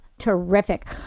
terrific